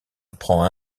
apprend